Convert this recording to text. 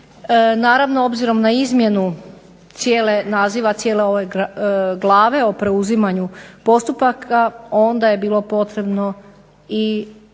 Naravno obzirom na izmjenu naziva cijele ove glave o preuzimanju postupaka onda je bilo potrebno ovim